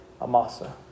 Amasa